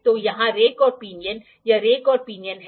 तो यहाँ रैक और पिनियन यह रैक और पिनियन है